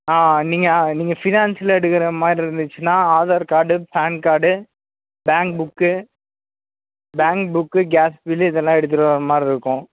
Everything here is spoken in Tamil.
ஆ நீங்கள் ஆ நீங்கள் ஃபினான்ஸில் எடுக்கிற மாதிரி இருந்துச்சுனா Aadhaar card PAN card bank book bank book gas bill இதெல்லாம் எடுத்துகிட்டு வர மாதிரி இருக்கும்